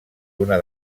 una